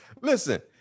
Listen